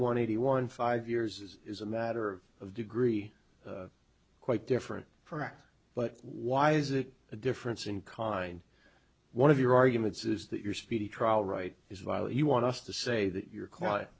want eighty one five years is is a matter of degree quite different perfect but why is it a difference in kind one of your arguments is that your speedy trial right is while you want us to say that you're quiet